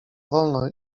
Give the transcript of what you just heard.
wolno